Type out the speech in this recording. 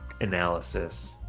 analysis